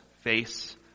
face